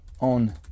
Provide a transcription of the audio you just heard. on